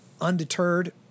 undeterred